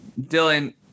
Dylan